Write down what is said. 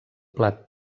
plat